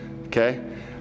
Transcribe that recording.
Okay